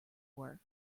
were